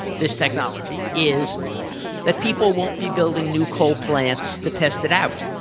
this technology is that people won't be building new coal plants to test it out.